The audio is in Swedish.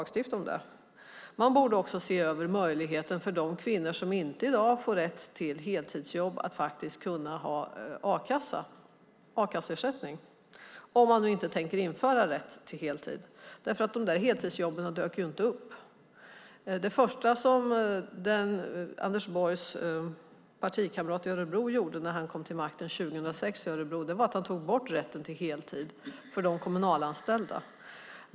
Man borde också se över möjligheten för de kvinnor som i dag inte får rätt till heltidsjobb att ha a-kasseersättning, om man nu inte tänker införa rätt till heltid. De där heltidsjobben dök ju inte upp. Det första som Anders Borgs partikamrat i Örebro gjorde när han kom till makten 2006 i Örebro var att ta bort rätten till heltid för de kommunalanställda.